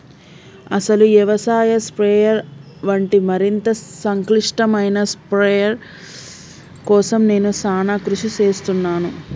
అసలు యవసాయ స్ప్రయెర్ వంటి మరింత సంక్లిష్టమైన స్ప్రయెర్ కోసం నేను సానా కృషి సేస్తున్నాను